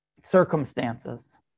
circumstances